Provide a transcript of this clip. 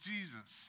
Jesus